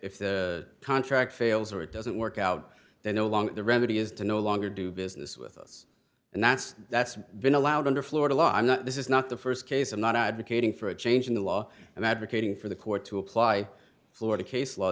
if the contract fails or it doesn't work out they no longer the remedy is to no longer do business with us and that's that's been allowed under florida law i'm not this is not the first case i'm not advocating for a change in the law and advocating for the court to apply florida case law